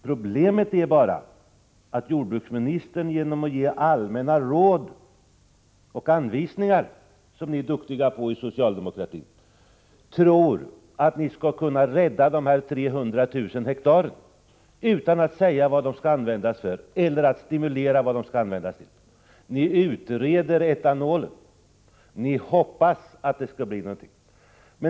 Problemet är bara att jordbruksministern genom att ge allmänna råd och anvisningar, vilket socialdemokraterna är duktiga på, tror att han skall kunna rädda dessa 300 000 hektar utan att säga vad de skall användas till och utan att stimulera till någon användning av dem. Ni utreder etanolen, och ni hoppas att det skall bli någonting av det.